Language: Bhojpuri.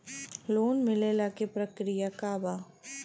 लोन मिलेला के प्रक्रिया का बा?